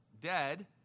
dead